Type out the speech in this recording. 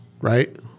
right